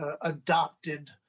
adopted